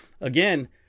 again